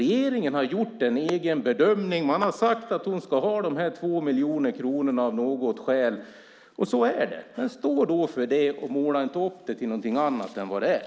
Regeringen har gjort en egen bedömning. Man har sagt att hon ska ha dessa 2 miljoner kronor av något skäl. Så är det. Stå för det och gör det inte till något annat än vad är!